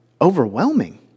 overwhelming